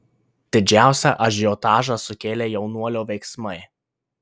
didžiausią ažiotažą sukėlė jaunuolio veiksmai